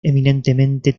eminentemente